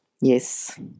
Yes